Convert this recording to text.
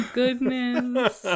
goodness